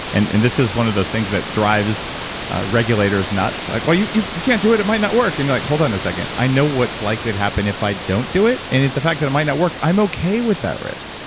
and and this is one of those things that drives regulators nuts. like you you can't do it, it might not work. and you're like, hold on a second. i know what's likely to happen if i don't do it, and the fact that it might not work, i'm okay with that risk,